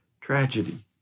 tragedy